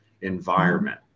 environment